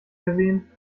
gesehen